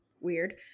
weird